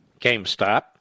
GameStop